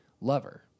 lover